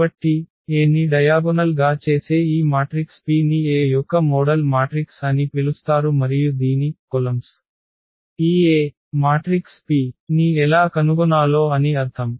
కాబట్టి A ని diagonal గా చేసే ఈ మాట్రిక్స్ P ని A యొక్క మోడల్ మాట్రిక్స్ అని పిలుస్తారు మరియు దీని నిలువు వరుసలు ఈ A మాట్రిక్స్ P ని ఎలా కనుగొనాలో అని అర్థం